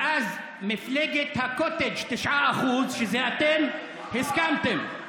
ואז מפלגת הקוטג' 9%, שזה אתם, הסכימה.